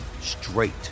straight